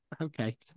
Okay